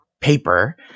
paper